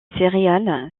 céréales